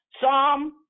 Psalm